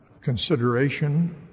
consideration